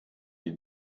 die